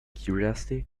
curiosity